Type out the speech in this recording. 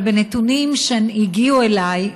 אבל בנתונים שהגיעו אליי,